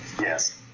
Yes